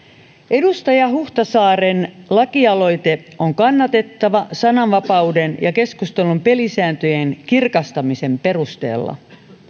edustaja huhtasaaren lakialoite on kannatettava sananvapauden ja keskustelun pelisääntöjen kirkastamisen perusteella